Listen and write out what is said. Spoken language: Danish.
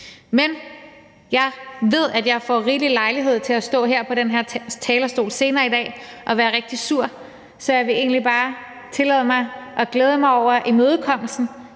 Men jeg ved, at jeg senere i dag får rig lejlighed til at stå på den her talerstol og være rigtig sur, så jeg vil egentlig bare tillade mig at glæde mig over imødekommelsen